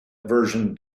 version